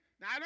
Now